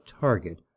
target